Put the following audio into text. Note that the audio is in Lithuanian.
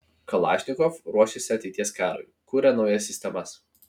kalašnikov ruošiasi ateities karui kuria naujas sistemas